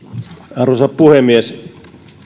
arvoisa puhemies